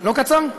לא קצר?